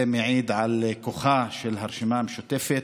זה מעיד על כוחה של הרשימה המשותפת,